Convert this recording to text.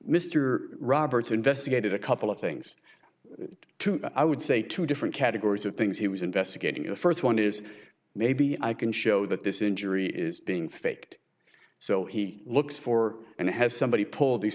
mr roberts investigated a couple of things too i would say two different categories of things he was investigating a first one is maybe i can show that this injury is being faked so he looks for and has somebody pulled the